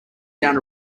down